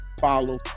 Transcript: follow